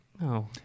no